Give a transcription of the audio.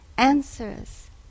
Answers